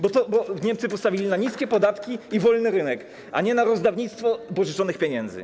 Bo Niemcy postawili na niskie podatki i wolny rynek, a nie na rozdawnictwo pożyczonych pieniędzy.